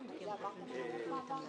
להיבטים מסוימים,